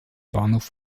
bahnhof